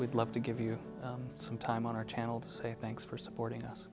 we'd love to give you some time on our channel to say thanks for supporting us